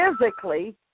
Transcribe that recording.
physically